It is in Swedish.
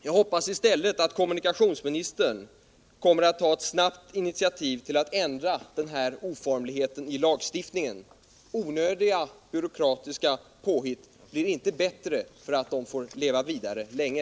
Jag hoppas i stället att kommunikationsministern kommer med ett snabbt initiativ för att ändra den här oformligheten i lagstiftningen. Onödiga byråkratiska påhitt blir inte bättre för att de får leva vidare länge.